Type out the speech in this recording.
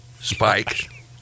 Spike